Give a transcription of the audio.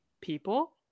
people